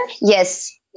Yes